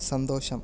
സന്തോഷം